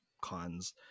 cons